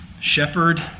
shepherd